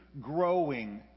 growing